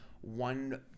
one